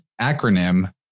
acronym